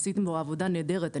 עשיתם פה עבודה נהדרת.